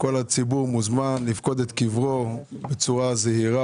כל הציבור מוזמן לפקוד את קברו בצורה זהירה